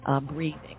breathing